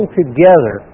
together